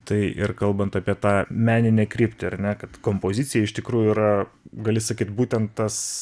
tai ir kalbant apie tą meninę kryptį ar ne kad kompozicija iš tikrųjų yra gali sakyt būtent tas